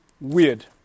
weird